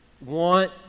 want